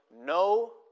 no